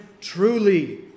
truly